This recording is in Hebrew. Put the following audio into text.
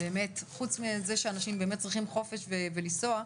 חוץ מזה שאנשים באמת צריכים חופש ולנסוע,